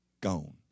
Gone